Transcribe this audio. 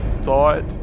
thought